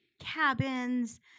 cabins